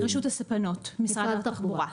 רשות הספנות, משרד התחבורה.